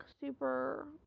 super